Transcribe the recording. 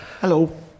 Hello